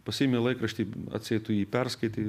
pasiimi laikraštį atseit tu jį perskaitai